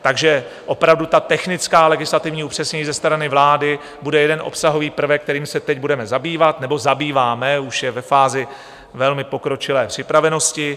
Takže opravdu, technická legislativní upřesnění ze strany vlády bude jeden obsahový prvek, kterým se teď budeme zabývat nebo zabýváme, už je ve fázi velmi pokročilé připravenosti.